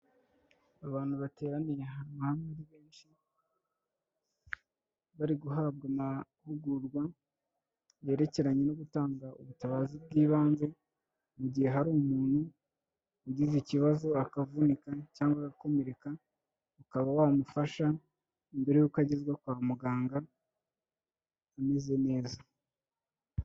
Abantu bateraniye ahantu hamwe ari benshi, bari guhabwa amahugurwa, yerekeranye no gutanga ubutabazi bw'ibanze, mu gihe hari umuntu ugize ikibazo akavunika cyangwa agakomereka, ukaba wamufasha mbere y'uko agezwa kwa muganga, ameze neza.